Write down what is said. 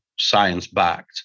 science-backed